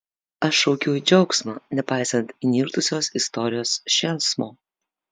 aš šaukiu į džiaugsmą nepaisant įnirtusios istorijos šėlsmo